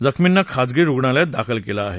जखमींना खासगी रुग्णालयात दाखल केलं आहे